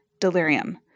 delirium